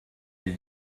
les